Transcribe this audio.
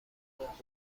حقوقی